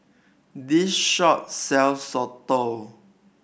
this shop sells Soto